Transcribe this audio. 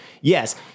yes